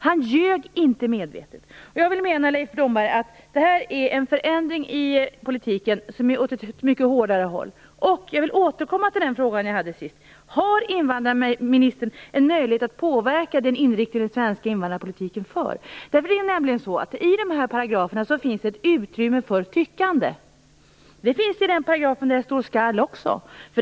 Han ljög inte medvetet. Jag anser, Leif Blomberg, att detta är en förändring av politiken åt ett mycket hårdare håll. Jag vill återkomma till den fråga jag ställde sist. Har invandrarministern en möjlighet att påverka den inriktning som den svenska invandrarpolitiken har? I dessa paragrafer finns det nämligen ett utrymme för tyckande. Det finns det i den paragraf där det står "skall" också.